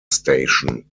station